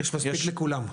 יש מספיק לכולם.